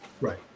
Right